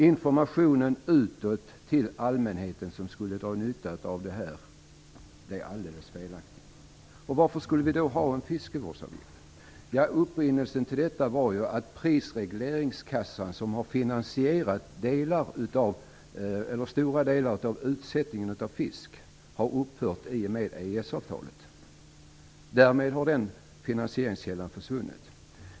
Informationen ut till den allmänhet som skulle dra nytta av detta blev alldeles felaktig. Varför skulle vi då ha en fiskevårdsavgift? Upprinnelsen till detta var att prisregleringskassan, som har finansierat stora delar av utsättningen av fisk, har upphört i och med EES-avtalet. Därmed har den finansieringskällan försvunnit.